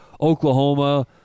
Oklahoma